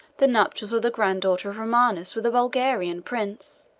the nuptials of the granddaughter of romanus with a bulgarian prince,